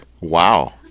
Wow